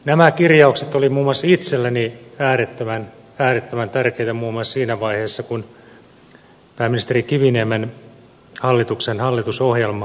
nämä kirjaukset olivat muun muassa itselleni äärettömän tärkeitä muun muassa siinä vaiheessa kun pääministeri kiviniemen hallituksen hallitusohjelmaa kirjattiin